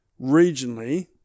regionally